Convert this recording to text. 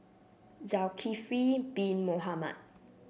Zulkifli Bin Mohamed